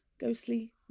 ghostly